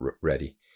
ready